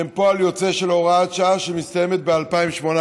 שהן פועל יוצא של הוראת שעה שמסתיימת ב-2018.